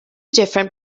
different